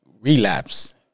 relapse